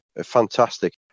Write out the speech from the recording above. Fantastic